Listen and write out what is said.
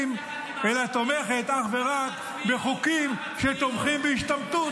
בחיילים אלא תומכת אך ורק בחוקים שתומכים בהשתמטות.